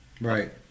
right